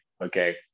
okay